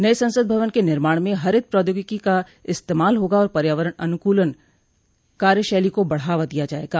नए संसद भवन के निमाण में हरित प्रौद्योगिकी का इस्तेमाल होगा और पर्यावरण अनुकूल कार्यशैली को बढ़ावा दिया जाएगा